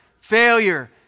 failure